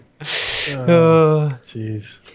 Jeez